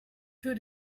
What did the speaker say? für